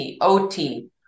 OT